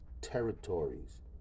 territories